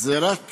זה רק